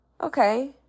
okay